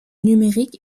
numériques